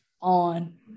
on